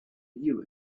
you